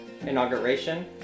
inauguration